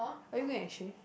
are you going exchange